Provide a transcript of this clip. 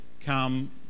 come